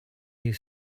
you